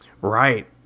Right